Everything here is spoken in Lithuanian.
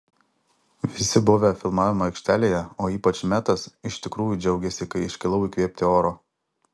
visi buvę filmavimo aikštelėje o ypač metas iš tikrųjų džiaugėsi kai iškilau įkvėpti oro